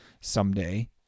someday